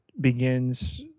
begins